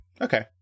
Okay